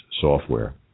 software